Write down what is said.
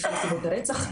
לפי נסיבות הרצח.